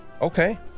Okay